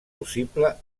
possible